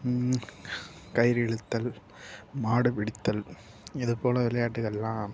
கயிறு இழுத்தல் மாடு பிடித்தல் இது போல விளையாட்டுகளெலாம்